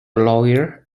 lawyer